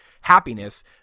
happiness